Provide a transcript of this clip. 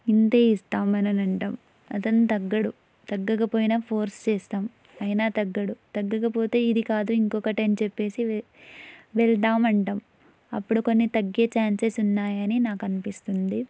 ఇంతే ఇస్తాం అని అంటాం అతను తగ్గడు తగ్గకపోయినా ఫోర్స్ చేస్తాం అయినా తగ్గడు తగ్గకపోతే ఇది కాదు ఇంకొకటి అని చెప్పి వెళ్తాం అంటాం అప్పుడు కొన్ని తగ్గే ఛాన్సెస్ ఉన్నాయని నాకు అనిపిస్తుంది